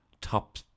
top